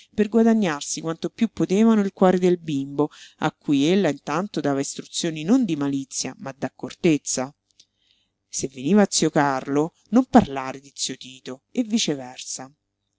per guadagnarsi quanto piú potevano il cuore del bimbo a cui ella intanto dava istruzioni non di malizia ma d'accortezza se veniva zio carlo non parlare di zio tito e viceversa